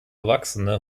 erwachsene